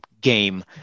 game